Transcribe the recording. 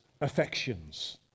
affections